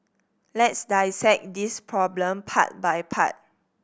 let's dissect this problem part by part